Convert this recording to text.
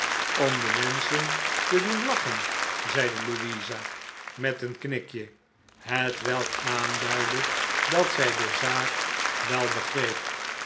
om de menschen te doen lachen zeide louisa met een knikje hetwelk aanduidde dat zij de zaak wel begreep